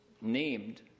named